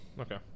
Okay